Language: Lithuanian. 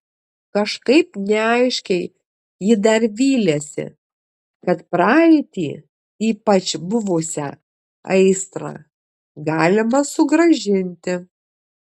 kažkaip neaiškiai ji dar vylėsi kad praeitį ypač buvusią aistrą galima sugrąžinti